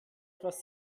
etwas